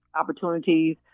opportunities